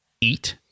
eat